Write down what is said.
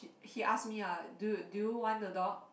he ask me ah do do you want the dog